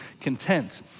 content